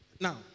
Now